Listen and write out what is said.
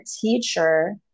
teacher